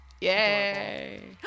Yay